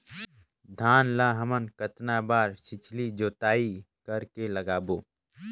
धान ला हमन कतना बार छिछली जोताई कर के लगाबो?